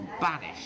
banish